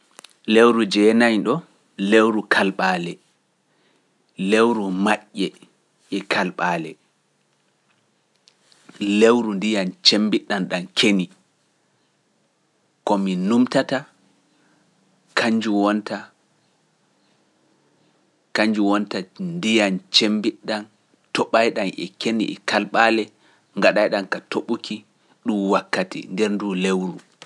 Lewru jeenayi ɗo, lewru kalɓaale, lewru maƴƴe e kalɓaale, lewru ndiyam cemmbiɗɗam ɗam keni, ko mi nuumtata, kanjum wonta ndiyam cemmbiɗɗam toɓayɗam e keni e kalɓaale ngaɗayɗam ka toɓuki ɗum wakkati nder nduu lewru.